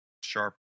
Sharp